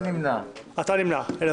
ברוב של 8, אין מתנגדים ונמנע אחד